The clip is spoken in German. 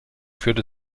führte